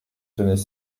tenaient